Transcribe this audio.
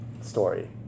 story